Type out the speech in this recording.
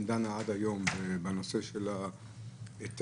עד היום בנושא של ההיטל,